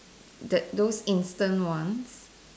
that those instant ones